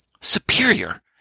superior